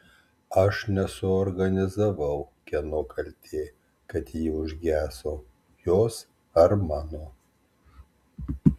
aš nesuorganizavau kieno kaltė kad ji užgeso jos ar mano